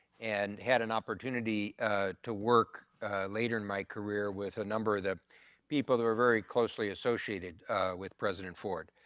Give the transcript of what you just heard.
and had an opportunity to work later in my career with a number of the people that are very closely associated with president ford.